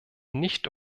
nicht